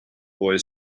boy